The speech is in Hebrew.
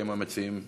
האם מציעים מסכימים?